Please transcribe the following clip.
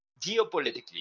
geopolitically